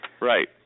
Right